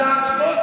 חברים שלך חגגו,